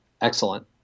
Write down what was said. Excellent